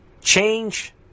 change